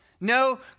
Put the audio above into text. No